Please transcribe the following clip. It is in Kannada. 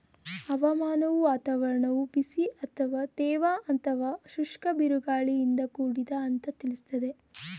ಹವಾಮಾನವು ವಾತಾವರಣವು ಬಿಸಿ ಅಥವಾ ತೇವ ಅಥವಾ ಶುಷ್ಕ ಬಿರುಗಾಳಿಯಿಂದ ಕೂಡಿದೆ ಅಂತ ತಿಳಿಸ್ತದೆ